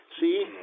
See